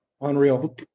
Unreal